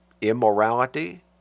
immorality